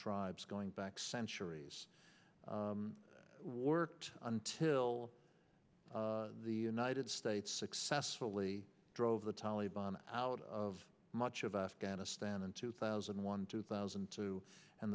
tribes going back centuries worked until the united states successfully drove the taliban out of much of afghanistan in two thousand and one two thousand and two and